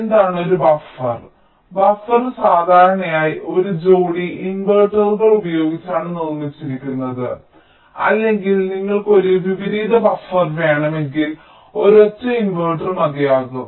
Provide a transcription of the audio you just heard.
എന്താണ് ഒരു buffer buffer സാധാരണയായി ഒരു ജോടി ഇൻവെർട്ടറുകൾ ഉപയോഗിച്ചാണ് നിർമ്മിച്ചിരിക്കുന്നത് അല്ലെങ്കിൽ നിങ്ങൾക്ക് ഒരു വിപരീത ബഫർ വേണമെങ്കിൽ ഒരൊറ്റ ഇൻവെർട്ടറും മതിയാകും